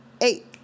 Eight